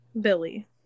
Billy